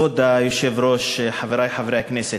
כבוד היושב-ראש, חברי חברי הכנסת,